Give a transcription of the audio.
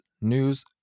news